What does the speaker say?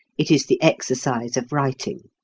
it is the exercise of writing.